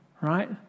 Right